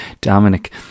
Dominic